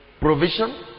provision